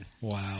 Wow